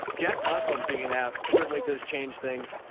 jack conklin being out certainly does change things.